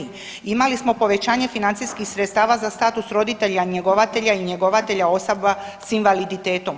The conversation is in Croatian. Imali smo povećanje financijskih sredstava za status roditelja njegovatelja i njegovatelja osoba s invaliditetom.